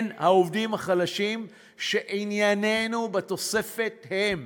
כן, העובדים החלשים שהם ענייננו בתוספת, הם